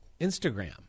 Instagram